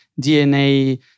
DNA